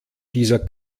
dieser